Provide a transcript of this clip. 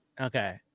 Okay